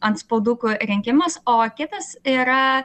antspaudukų rinkimas o kitas yra